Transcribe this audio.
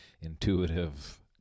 intuitive